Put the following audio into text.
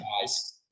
guys